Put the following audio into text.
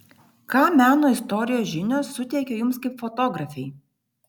ką meno istorijos žinios suteikia jums kaip fotografei